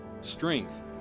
strength